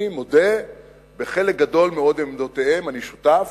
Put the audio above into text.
אני מודה שלחלק גדול מאוד מעמדותיהם אני שותף,